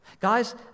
Guys